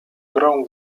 grą